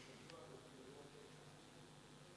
הידוע בכינויו כצל'ה.